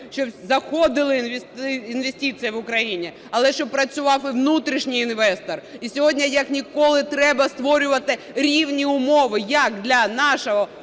щоб заходили інвестиції в Україну, але щоб працював і внутрішній інвестор. І сьогодні, як ніколи, треба створювати рівні умови як для нашого